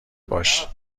باش